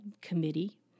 committee